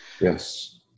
Yes